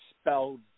spelled